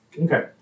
Okay